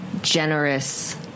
Generous